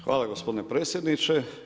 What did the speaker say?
Hvala gospodine predsjedniče.